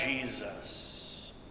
Jesus